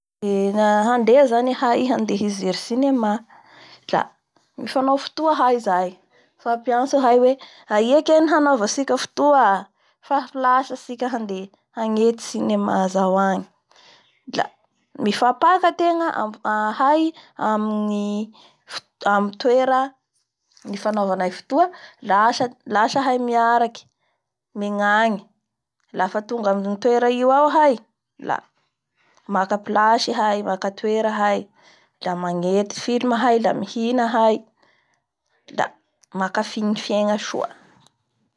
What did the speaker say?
Handeha zany ahay handeha hijery cinema la nifanao fotoa anay zay, mifamapiantso ahay hoe aia keny ny hanaovatsika fotoa fa ho lasa tsika ahandeh hanety cinemazao agny la mifamapaka ateng-ahay amin'ny foto-amin'ny toera nifanaoavanay fotoa lasa ahay miaraky mengangy laf to, ga amin'ny toera io ao ahay la maka place ahay -maka toera ahay la amangety ahayla mihina ahay la manakafy ny fiegna soa.